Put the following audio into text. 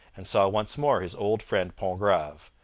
and saw once more his old friend pontgrave.